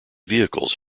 vehicles